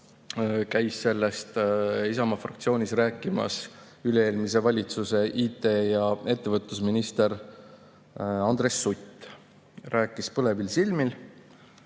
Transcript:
käis sellest Isamaa fraktsioonis rääkimas üle-eelmise valitsuse ettevõtlus- ja IT-minister Andres Sutt, rääkis põlevi silmi.